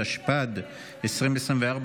התשפ"ד 2024,